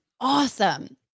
awesome